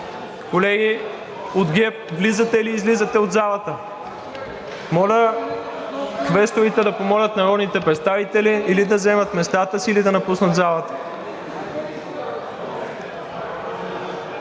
Колеги от ГЕРБ, влизате или излизате от залата? Моля квесторите да помолят народните представители или да заемат местата си, или да напуснат залата.